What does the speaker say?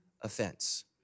offense